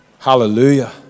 Hallelujah